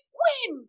win